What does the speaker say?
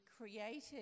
created